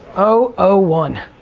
o o one.